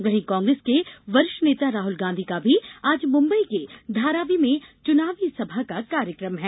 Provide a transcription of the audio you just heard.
वहीं कांग्रेस के वरिष्ठ नेता राहल गांधी का भी आज मुंबई के धारावी मे चुनावी सभा का कार्यक्रम है